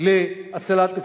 להצלת נפשות.